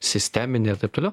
sisteminė taip toliau